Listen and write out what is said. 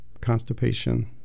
constipation